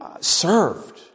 served